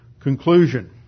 Conclusion